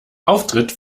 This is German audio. auftritt